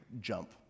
jump